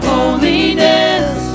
Holiness